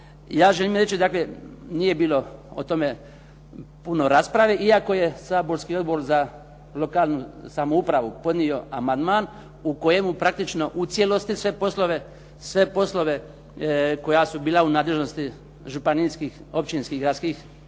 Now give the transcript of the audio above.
Ja želim reći, dakle nije bilo o tome puno rasprave, iako je saborski Odbor za lokalnu samoupravu podnio amandman u kojemu praktično u cijelosti sve poslove koji su bili u nadležnosti županijskih, općinskih i gradskih